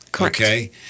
okay